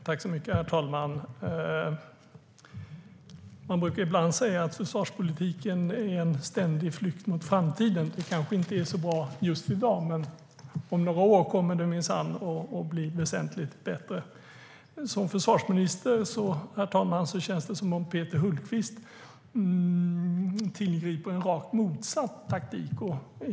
Herr talman! Man brukar ibland säga att försvarspolitiken är en ständig flykt mot framtiden - det kanske inte är så bra just i dag, men om några år kommer det minsann att bli väsentligt bättre. Det känns dock som att Peter Hultqvist som försvarsminister tillgriper en rakt motsatt taktik.